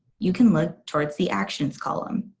you can look towards the actions column.